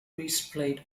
breastplate